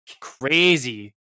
crazy